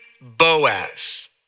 Boaz